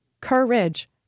Courage